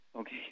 okay